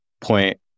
point